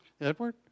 Edward